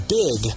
big